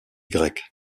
grecque